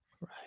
right